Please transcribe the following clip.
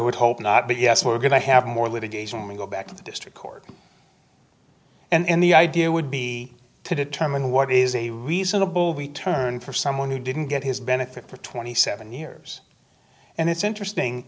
would hope not but yes we're going to have more litigation we go back to the district court and the idea would be to determine what is a reasonable we turn for someone who didn't get his benefit for twenty seven years and it's interesting